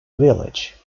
village